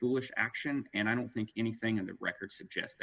foolish action and i don't think anything in the record suggest